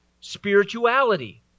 spirituality